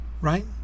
right